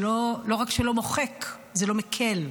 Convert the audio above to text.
לא רק שלא מוחק, זה לא מקל.